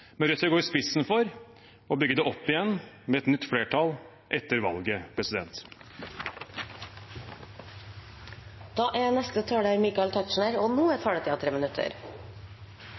Rødt vil gå i spissen for å bygge det opp igjen med et nytt flertall etter valget. De talere som heretter får ordet, har en taletid på inntil 3 minutter.